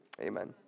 amen